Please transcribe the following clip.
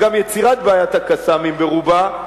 וגם יצירת בעיית ה"קסאמים" ברובה,